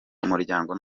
umuryango